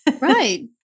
Right